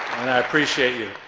and i appreciate you.